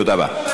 תודה רבה.